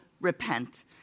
repent